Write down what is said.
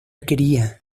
quería